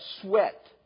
sweat